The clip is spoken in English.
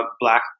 black